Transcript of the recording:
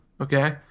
Okay